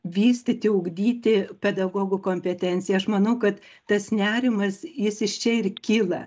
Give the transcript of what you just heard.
vystyti ugdyti pedagogų kompetenciją aš manau kad tas nerimas jis iš čia ir kyla